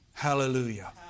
Hallelujah